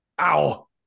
Ow